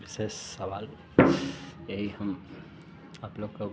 इससे सवाल यही हम आप लोग को